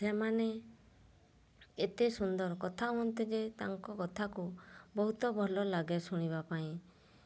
ସେମାନେ ଏତେ ସୁନ୍ଦର କଥା ହୁଅନ୍ତି ଯେ ତାଙ୍କ କଥାକୁ ବହୁତ ଭଲ ଲାଗେ ଶୁଣିବା ପାଇଁ